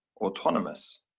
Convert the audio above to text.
autonomous